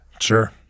Sure